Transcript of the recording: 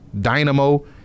dynamo